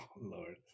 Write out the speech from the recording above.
Lord